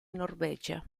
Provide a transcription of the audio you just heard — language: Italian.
norvegia